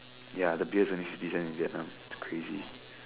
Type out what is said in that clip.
ya the beer is only fifty cents in Vietnam it's crazy